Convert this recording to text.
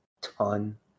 ton